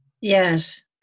Yes